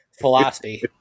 philosophy